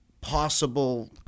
possible